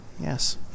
Yes